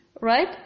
right